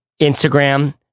Instagram